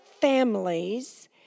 families